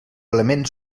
element